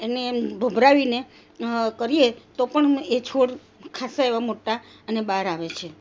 એને એમ ભભરાવીને કરીએ તો પણ એ છોડ ખાસ્સા એવા મોટા અને બહાર આવે છે